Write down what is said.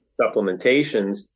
supplementations